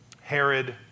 Herod